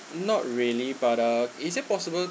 not really but uh is it possible